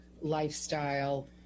lifestyle